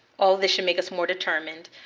all this should make us more determined.